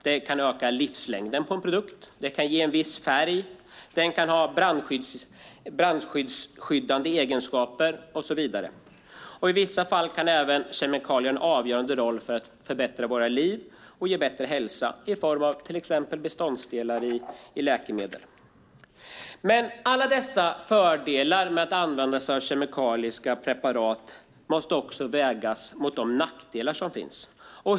De kan öka livslängden på en produkt, ge en viss färg, ha brandskyddsegenskaper och så vidare. I vissa fall spelar kemikalierna en avgörande roll för att förbättra våra liv och ge bättre hälsa, till exempel som beståndsdelar i läkemedel. Dock måste kemikaliernas fördelar vägas mot de nackdelar som finns.